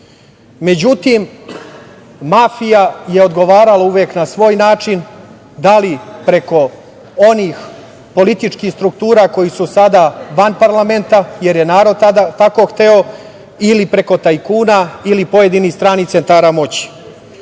Međutim, mafija je odgovarala uvek na svoj način, da li preko onih političkih struktura koji su sada van parlamenta, jer je narod tako hteo, ili preko tajkuna, ili pojedinih stranih centara moći.